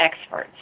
experts